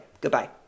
goodbye